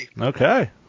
Okay